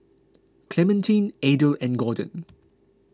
Clementine Adel and Gordon